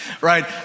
right